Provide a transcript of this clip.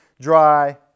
dry